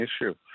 issue